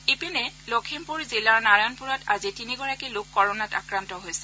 ইপিনে লখিমপুৰ জিলাৰ নাৰায়ণপুৰত আজি তিনিগৰাকী লোক কৰ্নাত আক্ৰান্ত হৈছে